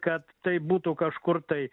kad tai būtų kažkur tai